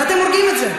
ואתם הורגים את זה.